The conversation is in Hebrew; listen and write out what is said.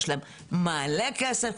מלא כסף,